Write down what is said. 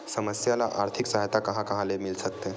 समस्या ल आर्थिक सहायता कहां कहा ले मिल सकथे?